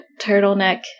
turtleneck